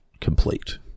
complete